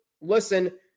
listen